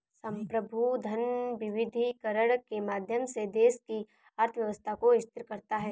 संप्रभु धन विविधीकरण के माध्यम से देश की अर्थव्यवस्था को स्थिर करता है